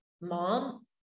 mom